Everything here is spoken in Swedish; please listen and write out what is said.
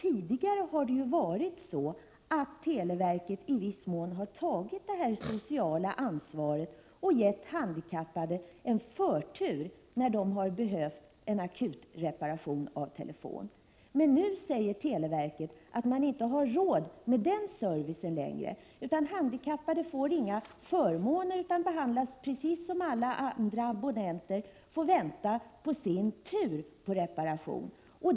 Tidigare har televerket i viss mån tagit detta sociala ansvar och gett handikappade förtur när de har behövt akut-reparation av telefon, men nu säger televerket att man inte har råd att ge den servicen. Handikappade har inte längre några förmåner, utan behandlas precis som alla andra abonnenter och får vänta på sin tur för reparation.